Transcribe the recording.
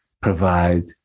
provide